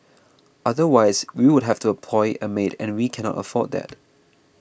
otherwise we would have to employ a maid and we cannot afford that